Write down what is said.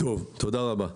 תודה רבה.